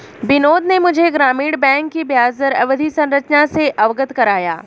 बिनोद ने मुझे ग्रामीण बैंक की ब्याजदर अवधि संरचना से अवगत कराया